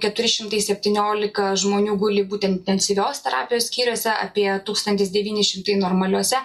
keturi šimtai septyniolika žmonių guli būtent intensyvios terapijos skyriuose apie tūkstantis devyni šimtai normaliuose